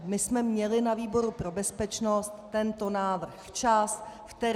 My jsme měli na výboru pro bezpečnost tento návrh včas, v termínu...